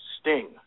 Sting